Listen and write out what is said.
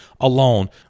alone